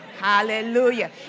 Hallelujah